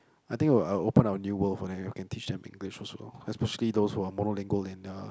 I think I will I will open up a new world for them if I can teach them English also especially those who are monolingual in their